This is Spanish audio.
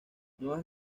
nuevas